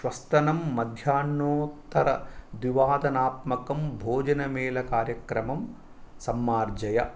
श्वस्तनं मध्याह्नोत्तरद्विवादनात्मकं भोजनमेलकार्यक्रमं सम्मार्जय